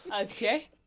Okay